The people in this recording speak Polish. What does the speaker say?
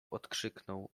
odkrzyknął